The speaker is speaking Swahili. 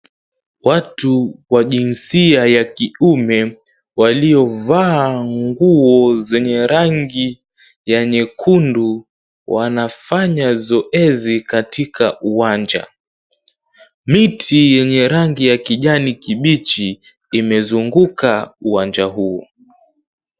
Watu wa jinsia ya kiume, waliovaa nguo zenye rangi ya nyekundu, wanafanya zoezi katika uwanja. Miti yenye rangi ya kijani kibichi, imezunguka uwanja huo.